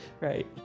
Right